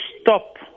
stop